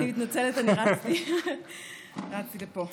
אני מתנצלת, אני רצתי לפה.